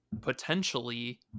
potentially